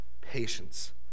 patience